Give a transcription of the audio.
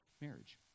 marriage